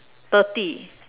thirty